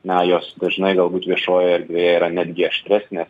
na jos dažnai galbūt viešojoje erdvėje yra netgi aštresnės